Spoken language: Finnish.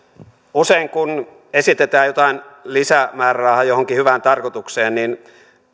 usein kun esitetään jotain lisämäärärahaa johonkin hyvään tarkoitukseen niin